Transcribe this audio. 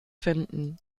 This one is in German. finden